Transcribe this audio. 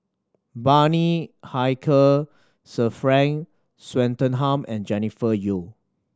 Bani Haykal Sir Frank Swettenham and Jennifer Yeo